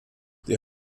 die